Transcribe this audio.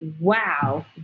Wow